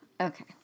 Okay